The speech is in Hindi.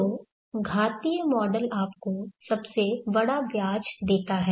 तो घातीय मॉडल आपको सबसे बड़ा ब्याज देता है